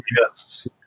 Yes